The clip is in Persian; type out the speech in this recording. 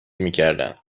میکردن